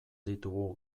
ditugu